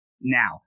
now